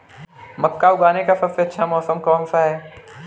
मक्का उगाने का सबसे अच्छा मौसम कौनसा है?